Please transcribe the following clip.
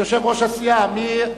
יושב-ראש הסיעה, מי?